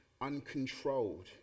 uncontrolled